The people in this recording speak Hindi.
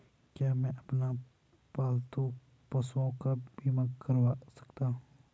क्या मैं अपने पालतू पशुओं का बीमा करवा सकता हूं?